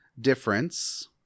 difference